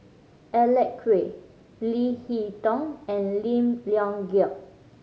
Alec Kuok Leo Hee Tong and Lim Leong Geok